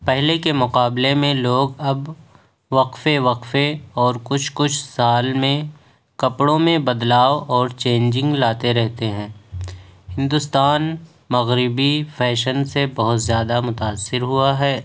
پہلے کے مقابلے میں لوگ اب وقفے وقفے اور کچھ کچھ سال میں کپڑوں میں بدلاؤ اور چینجنگ لاتے رہتے ہیں ہندوستان مغربی فیشن سے بہت زیادہ متاثر ہوا ہے